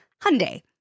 Hyundai